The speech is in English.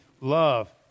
love